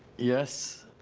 yes.